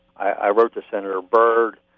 i wrote to senator berg,